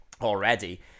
already